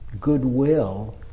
goodwill